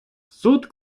суд